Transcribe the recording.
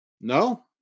No